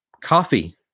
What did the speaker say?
coffee